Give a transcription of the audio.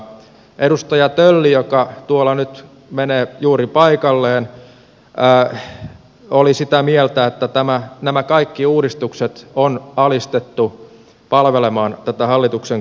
edustaja tölli joka tuolla nyt menee juuri paikalleen oli sitä mieltä että nämä kaikki uudistukset on alistettu palvelemaan tätä hallituksen kuntauudistusta